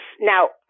Now